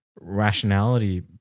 rationality